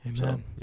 Amen